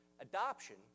Adoption